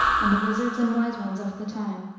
and the wizards and wise ones of the time,